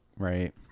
right